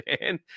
man